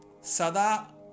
Sada